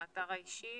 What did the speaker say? לאתר האישי,